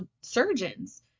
surgeons